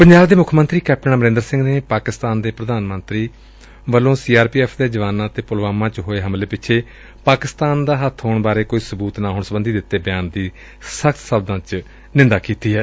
ਪੰਜਾਬ ਦੇ ਮੁੱਖ ਮੰਤਰੀ ਕੈਪਟਨ ਅਮਰੰਦਰ ਸਿੰਘ ਨੇ ਅੱਜ ਪਾਕਿਸਤਾਨ ਦੇ ਪ੍ਰਧਾਨ ਮੰਤਰੀ ਇਮਰਾਨ ਖ਼ਾਨ ਵੱਲੋਂ ਸੀ ਆਰ ਪੀ ਐਫ਼ ਜਵਾਨਾਂ ਤੇ ਪੁਲਵਾਮਾ ਵਿਚ ਹੋਏ ਹਮਲੇ ਪਿੱਛੇ ਪਾਕਿਸਤਾਨ ਦਾ ਹੱਬ ਹੋਣ ਬਾਰੇ ਕੋਈ ਸਬੂਤ ਨਾ ਹੋਣ ਸਬੰਧੀ ਦਿੱਤੇ ਬਿਆਨ ਦੀ ਸਖ਼ਤ ਸ਼ਬਦਾਂ ਚ ਨਿਖੇਧੀ ਕੀਤੀ ਏ